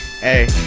hey